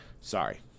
Sorry